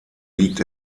liegt